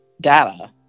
data